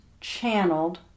channeled